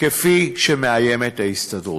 כפי שמאיימת ההסתדרות.